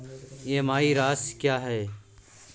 EMI राशि क्या है?